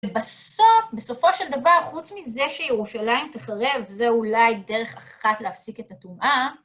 ובסוף, בסופו של דבר, חוץ מזה שירושלים תחרב, זה אולי דרך אחת להפסיק את הטומאה.